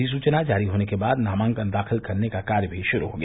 अधिसूचना जारी होने के बाद नामांकन दाखिल करने का कार्य भी शुरू हो गया